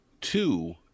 Two